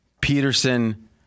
Peterson